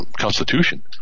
constitution